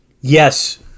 Yes